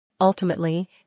Ultimately